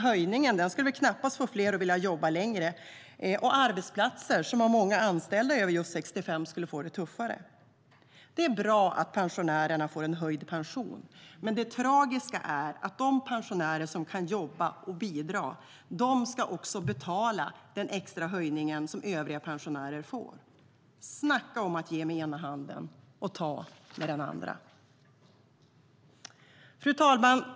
Höjningen skulle knappast få fler att vilja jobba längre, och arbetsplatser som har många anställda över just 65 skulle få det tuffare. Det är bra att pensionärerna får en höjd pension, men det tragiska är att de pensionärer som kan jobba och bidra också ska betala den extra höjningen som övriga pensionärer får. Snacka om att ge med ena handen och ta med den andra! Fru talman!